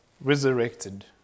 resurrected